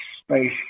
space